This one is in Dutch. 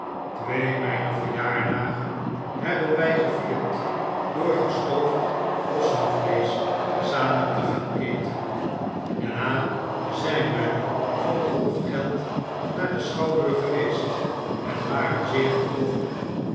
twee myner verjaardagen hebben wy gevierd door gestoofd ossenvleesch samen te gaan eten daarna zyn wy voor halfgeld naar den schouwburg geweest en waren zeer getroffen